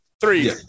Three